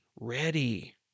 ready